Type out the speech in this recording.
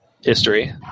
history